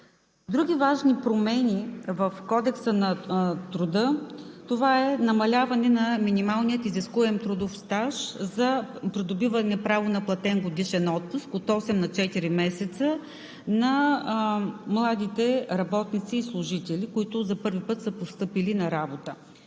Други важни промени в Кодекса на труда това е намаляване на минималния изискуем трудов стаж за придобиване право на платен годишен отпуск от 8 на 4 месеца на младите работници и служители, които за първи път са постъпили на работа.